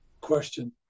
question